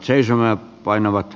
arvoisa puhemies